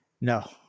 No